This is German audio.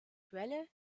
quelle